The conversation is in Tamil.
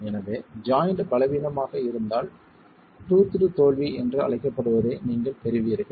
எனவே ஜாய்ண்ட் பலவீனமாக இருந்தால் டூத்ட் தோல்வி என்று அழைக்கப்படுவதை நீங்கள் பெறுவீர்கள்